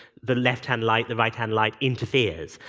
the left-hand light, the right-hand light interferes.